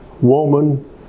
Woman